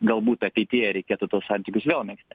galbūt ateityje reikėtų tuos santykius vėl megzti